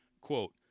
quote